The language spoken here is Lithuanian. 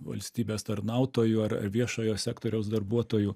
valstybės tarnautojų ar ar viešojo sektoriaus darbuotojų